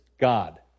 God